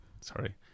Sorry